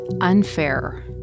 unfair